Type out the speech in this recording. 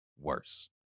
worse